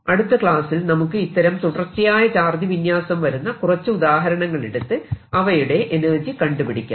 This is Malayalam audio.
അടുത്ത ക്ലാസ്സിൽ നമുക്ക് ഇത്തരം തുടർച്ചയായ ചാർജ് വിന്യാസം വരുന്ന കുറച്ചു ഉദാഹരണങ്ങൾ എടുത്ത് അവയുടെ എനർജി കണ്ടുപിടിക്കാം